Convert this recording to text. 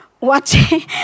watching